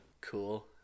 cool